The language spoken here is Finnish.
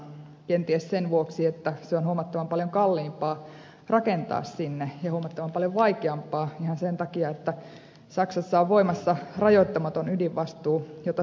kenties sen vuoksi että se on huomattavan paljon kalliimpaan rakentaa sinne ja huomattavan paljon vaikeampaa ihan sen takia että saksassa on voimassa rajoittamaton ydinvastuu jota suomessa ei ole